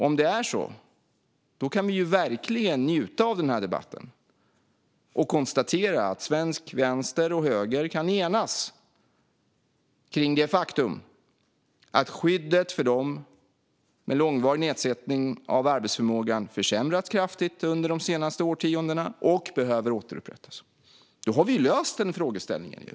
Om det är så kan vi verkligen njuta av den här debatten och konstatera att svensk vänster och höger kan enas kring det faktum att skyddet för dem med långvarig nedsättning av arbetsförmågan har försämrats kraftigt under de senaste årtiondena och behöver återupprättas. Då har vi löst den frågeställningen.